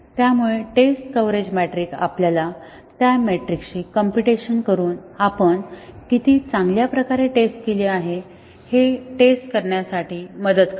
त्यामुळे test coverage metric आपल्याला त्या मेट्रिक्सची कॉम्प्युटेंशन करून आपण किती चांगल्या प्रकारे टेस्ट केली आहे हे टेस्ट करण्यासाठी मदत करते